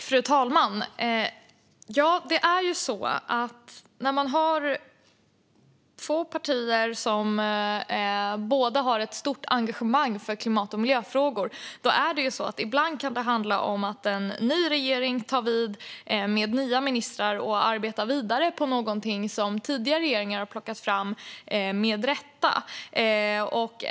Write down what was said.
Fru talman! När man har två partier som båda har ett stort engagemang för klimat och miljöfrågor kan det ibland handla om att en ny regering med nya ministrar tar vid och arbetar vidare på någonting som tidigare regeringar har plockat fram, med rätta.